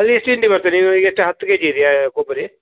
ಅದು ಎಷ್ಟು ಹಿಂಡಿ ಬರ್ತದೆ ನೀವು ಈಗ ಎಷ್ಟು ಹತ್ತು ಕೆ ಜಿ ಇದೆಯಾ ಕೊಬ್ಬರಿ